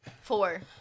Four